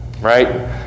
Right